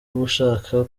ubasha